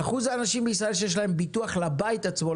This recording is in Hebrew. שיעור האנשים בישראל שיש להם ביטוח לבית עצמו,